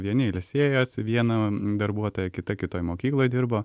vieni ilsėjosi viena darbuotoja kita kitoj mokykloj dirbo